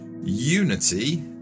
Unity